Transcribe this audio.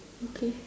okay